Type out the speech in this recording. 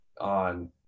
on